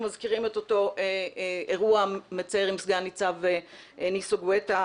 מזכירים את אותו אירוע מצער עם סגן ניצב ניסו גואטה,